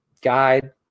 guide